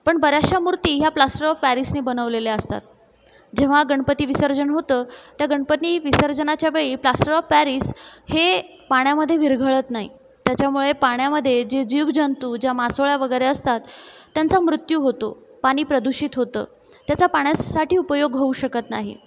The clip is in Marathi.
पण बराचशा मूर्ती ह्या प्लास्टर ऑफ पॅरिसने बनवलेल्या असतात जेव्हा गणपती विसर्जन होतं त्या गणपती विसर्जनाच्या वेळी प्लास्टर ऑफ पॅरिस हे पाण्यामध्ये विरघळत नाही त्याच्यामुळे पाण्यामध्ये जे जीवजंतू ज्या मासोळ्या वगैरे असतात त्यांचा मृत्यू होतो पाणी प्रदूषित होतं त्याचा पाण्यासाठी उपयोग होऊ शकत नाही